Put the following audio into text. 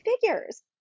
figures